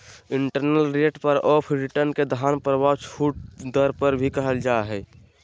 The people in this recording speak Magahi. इन्टरनल रेट ऑफ़ रिटर्न के धन प्रवाह छूट दर भी कहल जा हय